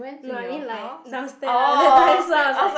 no I meant like downstair lah that time lah I was like